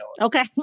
Okay